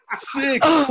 Six